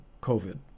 COVID